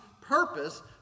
purpose